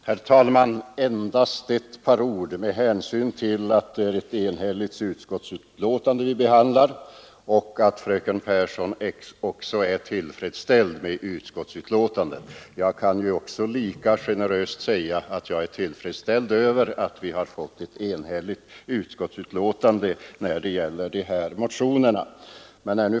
Herr talman! Endast ett par ord, med hänsyn till att det är ett enhälligt betänkande vi behandlar och att fröken Pehrsson är till freds med betänkandet. Jag kan vara lika generös och säga att jag är till freds med att vi har fått till stånd ett enhälligt betänkande när det gäller dessa motioner.